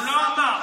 חמד,